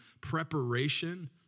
preparation